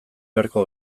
beharko